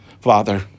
Father